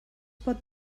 pot